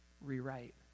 rewrite